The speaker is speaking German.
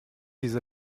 diese